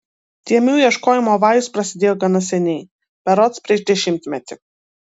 dėmių ieškojimo vajus prasidėjo gana seniai berods prieš dešimtmetį